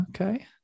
Okay